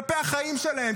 כלפי החיים שלהם,